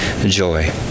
joy